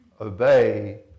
Obey